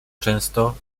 często